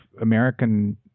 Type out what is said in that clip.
American